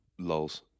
Lols